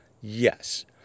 yes